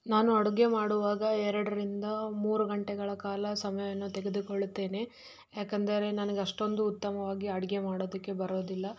ನಾನು ಅಡುಗೆ ಮಾಡುವಾಗ ಎರಡರಿಂದ ಮೂರು ಗಂಟೆಗಳ ಕಾಲ ಸಮಯವನ್ನು ತೆಗೆದುಕೊಳ್ಳುತ್ತೇನೆ ಯಾಕಂದರೆ ನನಗೆ ಅಷ್ಟೊಂದು ಉತ್ತಮವಾಗಿ ಅಡುಗೆ ಮಾಡೋದಕ್ಕೆ ಬರೋದಿಲ್ಲ